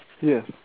Yes